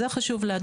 זה חשוב להדגיש.